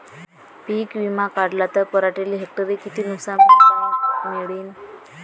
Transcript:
पीक विमा काढला त पराटीले हेक्टरी किती नुकसान भरपाई मिळीनं?